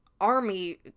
army